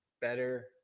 better